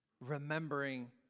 remembering